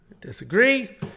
disagree